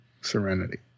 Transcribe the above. Serenity